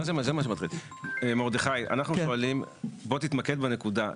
מרדכי, בוא תתמקד בנקודה.